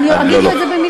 אני אגיד לו את זה במילה.